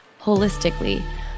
holistically